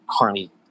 currently